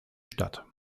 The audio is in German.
stadt